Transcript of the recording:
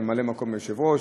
כממלא-מקום היושב-ראש,